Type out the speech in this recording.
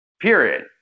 Period